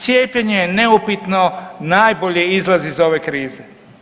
Cijepljenje je neupitno najbolji izlaz iz ove krize.